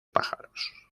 pájaros